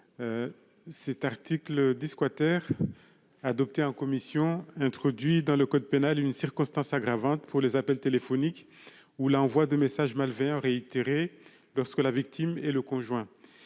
cet article des squatters. Adopté en commission, introduit dans le code pénal une circonstance aggravante pour les appels téléphoniques ou l'envoi de messages malveillants réitérés parce que la victime et le conjoint,